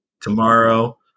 tomorrow